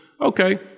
okay